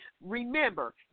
Remember